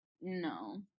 No